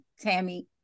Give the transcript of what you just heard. Tammy